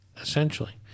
essentially